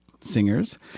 singers